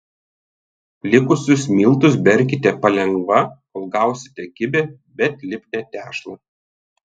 likusius miltus berkite palengva kol gausite kibią bet lipnią tešlą